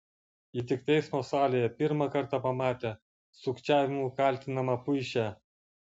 ji tik teismo salėje pirmą kartą pamatė sukčiavimu kaltinamą puišę